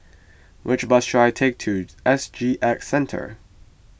which bus should I take to S G X Centre